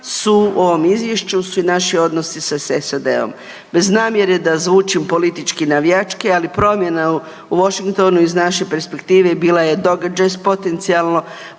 su u ovom izvješću su i naši odnosi sa SAD-om, bez namjere da zvučim politički navijački ali promjena u Washingtonu iz naše perspektive bila je događaj s potencijalno